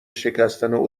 شکستن